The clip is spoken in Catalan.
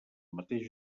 mateix